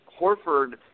Horford